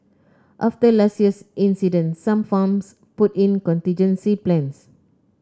after last year's incident some farms put in contingency plans